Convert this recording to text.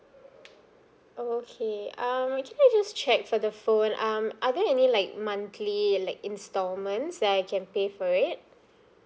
oh okay um actually I just check for the phone um are there any like monthly like installments that I can pay for it